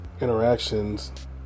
interactions